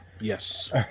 Yes